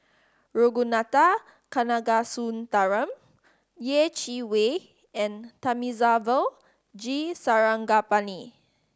Ragunathar Kanagasuntheram Yeh Chi Wei and Thamizhavel G Sarangapani